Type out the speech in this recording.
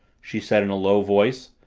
she said in a low voice,